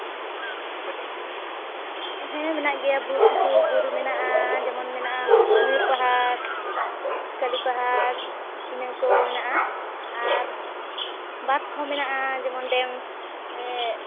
ᱦᱮᱸ ᱢᱮᱱᱟᱜ ᱜᱮᱭᱟ ᱵᱚᱦᱩᱛ ᱠᱤᱪᱷᱩ ᱡᱮᱢᱚᱱ ᱢᱮᱱᱟᱜᱼᱟ ᱵᱩᱨᱩ ᱢᱮᱱᱟᱜᱼᱟ ᱢᱚᱭᱩᱨ ᱯᱟᱦᱟᱲ ᱠᱟᱹᱞᱤ ᱯᱟᱦᱟᱲ ᱤᱱᱟᱹ ᱠᱚ ᱢᱮᱱᱟᱜᱼᱟ ᱟᱨ ᱵᱟᱸᱫᱽ ᱠᱚᱦᱚᱸ ᱢᱮᱱᱟᱜᱼᱟ ᱡᱮᱢᱚᱱ ᱰᱮᱢ